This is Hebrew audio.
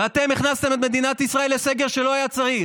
ואתם הכנסתם את מדינת ישראל לסגר שלא היה צריך.